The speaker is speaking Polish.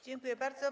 Dziękuję bardzo.